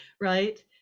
Right